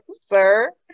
sir